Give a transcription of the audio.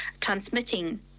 transmitting